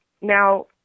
Now